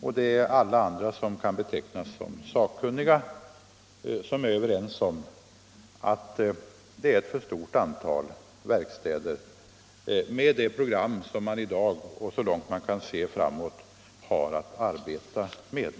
och andra som kan betecknas som sakkunniga är överens om att vi har ett för stort antal verkstäder med det program som vi i dag och så långt man kan se framåt i tiden kommer att arbeta efter.